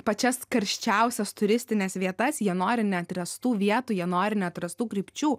pačias karščiausias turistines vietas jie nori neatrastų vietų jie nori neatrastų krypčių